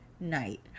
night